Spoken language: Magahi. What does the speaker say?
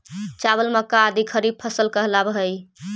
चावल, मक्का आदि खरीफ फसल कहलावऽ हइ